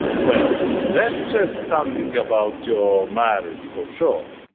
um well. that says something about your marriage for sure!